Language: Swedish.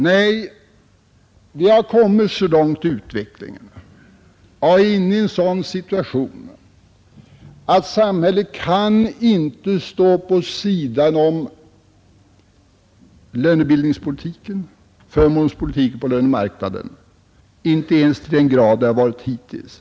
Nej, vi har kommit så långt i utvecklingen och är nu inne i en sådan situation, att samhället inte kan stå på sidan om lönebildningspolitiken, förmånspolitiken och lönemarknaden, inte ens till den grad som samhället har gjort det hittills.